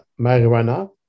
marijuana